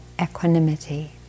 equanimity